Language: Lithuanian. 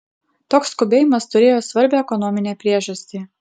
toks skubėjimas turėjo svarbią ekonominę priežastį